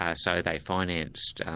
ah so they financed